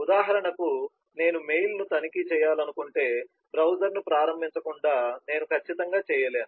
ఉదాహరణకు నేను మెయిల్ను తనిఖీ చేయాలనుకుంటే బ్రౌజర్ను ప్రారంభించకుండా నేను ఖచ్చితంగా చేయలేను